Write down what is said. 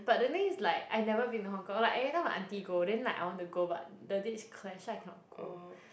but the thing is like I never been to Hong-Kong like every time my aunty go then like I want to go but the dates clash so I cannot go